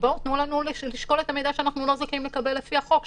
"בואו תנו לנו לשקול את המידע שאנחנו לא זכאים בכלל לקבל לפי החוק".